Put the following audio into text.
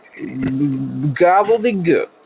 gobbledygook